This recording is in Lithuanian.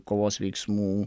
kovos veiksmų